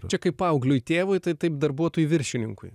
čia kaip paaugliui tėvui tai taip darbuotojų viršininkui